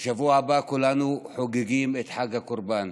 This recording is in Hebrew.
בשבוע הבא כולנו חוגגים את חג הקורבן.